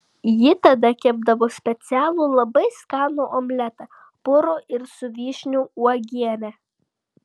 ji tada kepdavo specialų labai skanų omletą purų ir su vyšnių uogiene